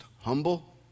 humble